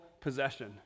possession